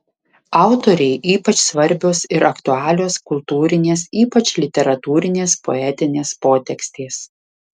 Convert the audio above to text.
autorei ypač svarbios ir aktualios kultūrinės ypač literatūrinės poetinės potekstės